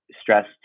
stress